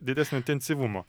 didesnio intensyvumo